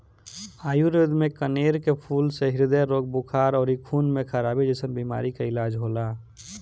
आयुर्वेद में कनेर के फूल से ह्रदय रोग, बुखार अउरी खून में खराबी जइसन बीमारी के इलाज होला